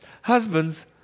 Husbands